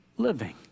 living